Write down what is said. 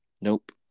Nope